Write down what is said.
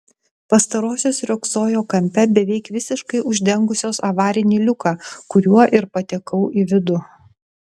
pastarosios riogsojo kampe beveik visiškai uždengusios avarinį liuką kuriuo ir patekau į vidų